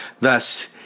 Thus